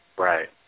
Right